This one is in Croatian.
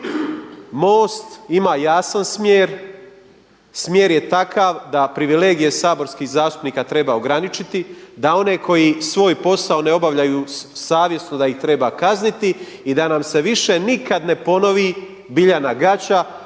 MOST ima jasan smjer, smjer je takav da privilegije saborskih zastupnika treba ograničiti, da one koji svoj posao ne obavljaju savjesno da ih treba kazniti i da nam se više nikad ne ponovi Biljana Gaća